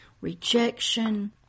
rejection